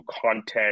content